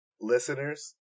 Listeners